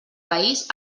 país